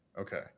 Okay